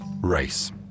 Race